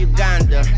Uganda